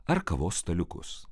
ar kavos staliukus